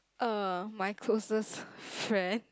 uh my closest friend